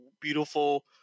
beautiful